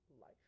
life